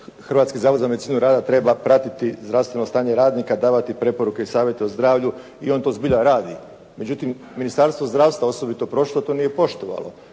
Hrvatski zavod za medicinu rada treba pratiti zdravstveno stanje radnika, davati preporuke i savjete o zdravlju i on to zbilja radi. Međutim, Ministarstvo zdravstva, osobito prošlo to nije poštovalo.